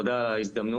תודה על ההזדמנות.